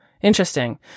Interesting